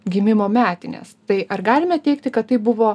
gimimo metinės tai ar galime teigti kad tai buvo